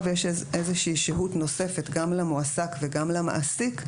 יש שהות נוספת גם למועסק וגם למעסיק,